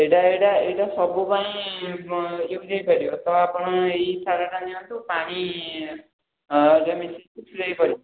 ଏଇଟା ଏଇଟା ଏଇଟା ସବୁ ପାଇଁ ୟୁଜ୍ ହେଇ ପାରିବ ତ ଆପଣ ଏଇ ସାରଟା ନିଅନ୍ତୁ ପାଣି ସ୍ପ୍ରେ କରିବେ